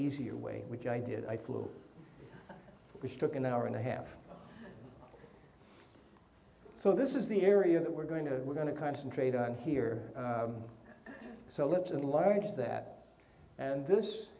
easier way which i did i flew which took an hour and a half so this is the area that we're going to we're going to concentrate on here so let's enlarge that and this